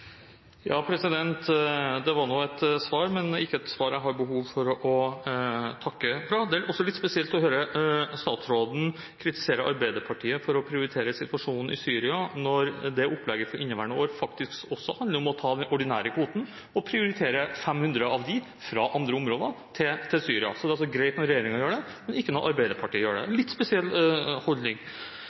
Det var et svar, men ikke et svar jeg har behov for å takke for. Det er litt spesielt å høre statsråden kritisere Arbeiderpartiet for å prioritere situasjonen i Syria når opplegget for inneværende år faktisk handler om å ta fra den ordinære kvoten og prioritere 500 av dem fra andre områder, til Syria. Det er greit når regjeringen gjør det, men ikke når Arbeiderpartiet gjør det – en litt spesiell holdning.